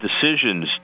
decisions